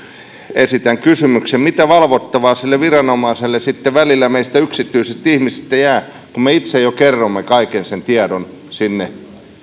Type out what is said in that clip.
esitän kysymyksen mitä valvottavaa sille viranomaiselle sitten välillä meistä yksityisistä ihmisistä jää kun me itse jo kerromme kaiken sen tiedon sinne